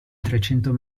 trecento